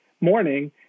morning